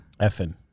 Effing